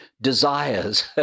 desires